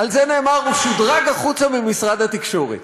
על זה נאמר: הוא שודרג החוצה ממשרד התקשורת.